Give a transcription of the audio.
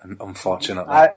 Unfortunately